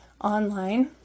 online